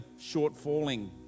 shortfalling